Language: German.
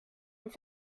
und